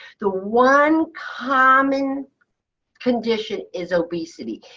the one common condition is obesity.